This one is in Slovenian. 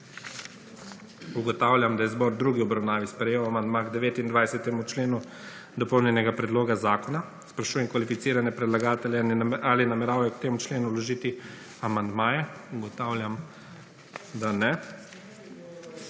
Ugotavljam, da je zbor v drugi obravnavi sprejel amandmaja k 18. in 21. členu dopolnjenega predloga zakona. Sprašujem kvalificirane predlagatelje ali nameravajo k tema členoma vložiti amandmaje. Ugotavljam, da ne.